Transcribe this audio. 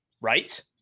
Right